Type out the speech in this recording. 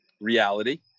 reality